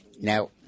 Now